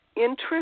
interest